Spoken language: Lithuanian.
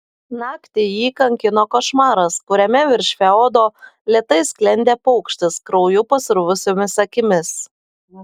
naktį jį kankino košmaras kuriame virš feodo lėtai sklendė paukštis krauju pasruvusiomis akimis